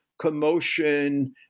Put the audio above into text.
commotion